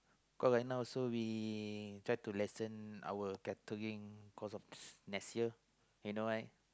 cause right now also we try to lessen our catering cause of next year you know right